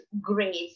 grace